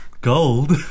Gold